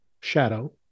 shadow